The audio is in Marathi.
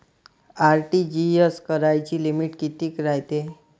आर.टी.जी.एस कराची लिमिट कितीक रायते?